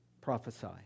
Prophesy